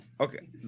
Okay